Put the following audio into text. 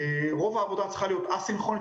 רוב העבודה צריכה להיות אסינכרונית,